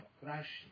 crash